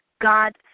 God